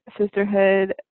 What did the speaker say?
sisterhood